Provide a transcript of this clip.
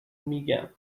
میگم